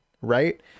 right